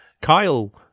Kyle